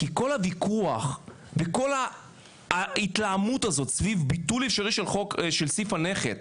כי כל הוויכוח וכל ההתלהמות הזאת סביב ביטול אפשרי של סעיף הנכס,